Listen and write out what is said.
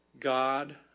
God